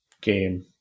game